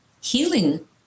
healing